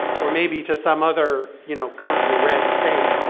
or maybe just some other you know currently red state